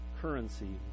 currency